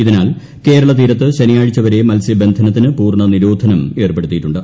ഇതിനാൽ കേരളതീരത്ത് ശനിയാഴ്ചവ്ട്ര മത്സ്യബന്ധനത്തിന് പൂർണ നിരോധനം ഏർപ്പെടുത്തിയിട്ടുണ്ട്